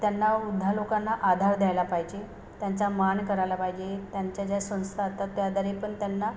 त्यांना वृद्ध लोकांना आधार द्यायला पाहिजे त्यांचा मान करायला पाहिजे त्यांच्या ज्या संस्था अत्तात त्याद्वारे पण त्यांना